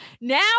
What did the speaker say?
Now